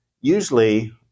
usually